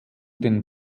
den